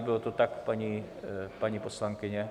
Bylo to tak, paní poslankyně?